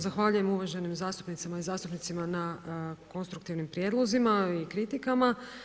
Zahvaljujem uvaženim zastupnicama i zastupnicima na konstruktivnim prijedlozima i kritikama.